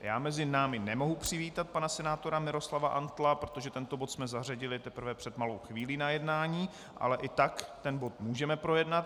Já mezi námi nemohu přivítat pana senátora Miroslava Antla, protože tento bod jsme zařadili na jednání teprve před malou chvílí, ale i tak ten bod můžeme projednat.